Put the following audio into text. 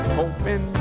hoping